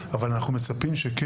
זו לא הפזורה שנמצאת ליד שוקת.